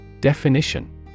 Definition